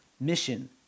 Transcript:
mission